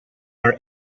are